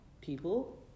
people